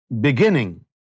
beginning